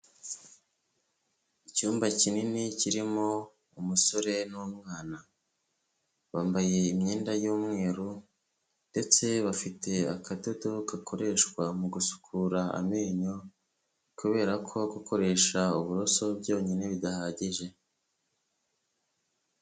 Icyumba kinini kirimo umusore n'umwana, bambaye imyenda y'umweru ndetse bafite akadodo gakoreshwa mu gusukura amenyo. Kubera ko gukoresha uburoso byonyine bidahagije.